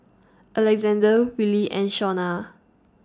Alexande Wylie and Shona